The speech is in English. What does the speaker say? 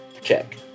check